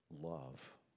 love